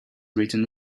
written